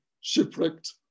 shipwrecked